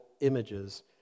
images